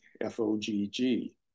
F-O-G-G